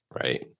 Right